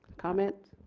comments?